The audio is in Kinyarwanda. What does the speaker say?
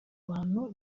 bantu